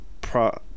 pro